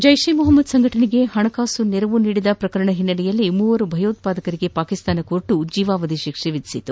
ಜೈಪ್ ಎ ಮೊಹಮ್ಸದ್ ಸಂಘಟನೆಗೆ ಹಣಕಾಸು ನೆರವು ನೀಡಿದ ಪ್ರಕರಣ ಹಿನ್ನೆಲೆಯಲ್ಲಿ ಮೂವರು ಭಯೋತ್ವಾದಕರಿಗೆ ಪಾಕಿಸ್ತಾನ ನ್ಯಾಯಾಲಯ ಜೀವಾವಧಿ ಶಿಕ್ಷೆ ವಿಧಿಸಿದೆ